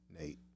Nate